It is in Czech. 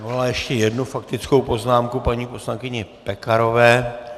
Vyvolala ještě jednu faktickou poznámku paní poslankyně Pekarové.